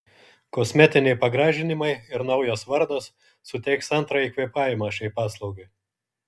kosmetiniai pagražinimai ir naujas vardas suteiks antrąjį kvėpavimą šiai paslaugai